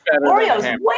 Oreo's